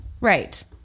right